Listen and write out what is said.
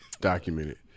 Documented